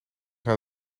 naar